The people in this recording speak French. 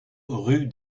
rue